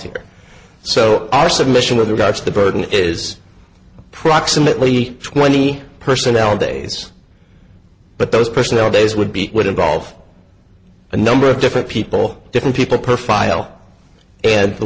here so our submission of the gods of the burden is approximately twenty personnel days but those personnel days would be it would involve a number of different people different people per file and the